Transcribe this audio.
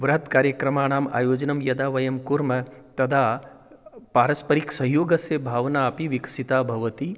बृहत् कार्यक्रमाणाम् आयोजनं यदा वयं कुर्मः तदा पारस्परिकसहयोगस्य भावना अपि विकसिता भवति